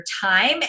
time